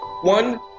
One